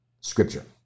Scripture